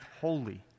holy